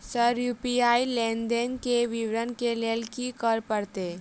Sir UPI लेनदेन केँ विवरण केँ लेल की करऽ परतै?